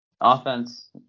offense –